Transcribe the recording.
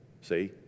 See